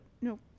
no